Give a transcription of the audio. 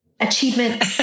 achievement